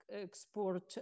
export